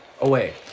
Away